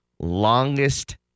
Longest